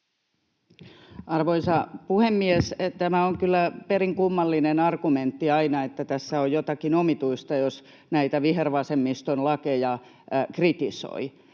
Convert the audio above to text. Arvoisa puhemies! Tämä on kyllä perin kummallinen argumentti aina, että tässä on jotakin omituista, jos näitä vihervasemmiston lakeja kritisoi.